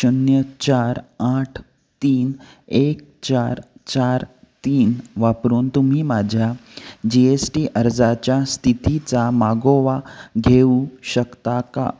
शून्य चार आठ तीन एक चार चार तीन वापरून तुम्ही माझ्या जी एस टी अर्जाच्या स्थितीचा मागोवा घेऊ शकता का